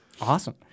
Awesome